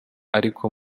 ariko